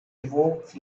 evokes